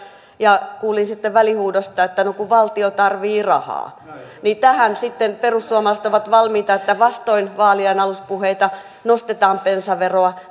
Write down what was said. kuulin sitten välihuudosta että no kun valtio tarvitsee rahaa tähän sitten perussuomalaiset ovat valmiita että vastoin vaalien aluspuheita nostetaan bensaveroa